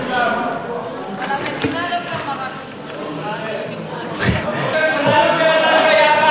ראש הממשלה אישר את מה שהיה פעם.